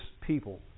people